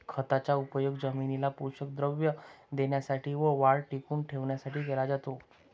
खताचा उपयोग जमिनीला पोषक द्रव्ये देण्यासाठी व वाढ टिकवून ठेवण्यासाठी केला जातो